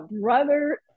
brother